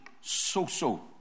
so-so